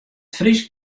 frysk